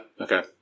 Okay